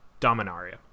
Dominaria